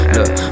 Look